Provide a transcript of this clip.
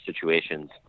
situations